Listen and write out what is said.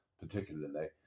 particularly